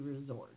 resort